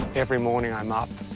every morning i'm up,